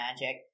magic